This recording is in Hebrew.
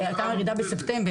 לא הייתה ירידה בספטמבר,